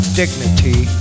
dignity